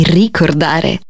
ricordare